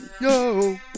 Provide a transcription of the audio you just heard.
yo